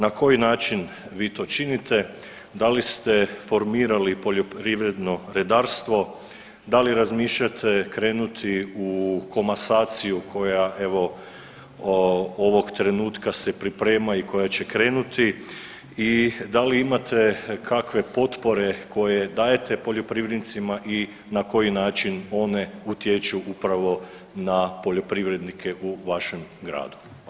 Na koji način vi to činite, da li ste formirali poljoprivredno redarstvo, da li razmišljate krenuti u komasaciju koja evo ovog trenutka se priprema i koja će krenuti i da li imate kakve potpore koje dajete poljoprivrednicima i na koji način one utječu upravo na poljoprivrednike u vašem gradu?